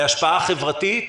בהשפעה חברתית,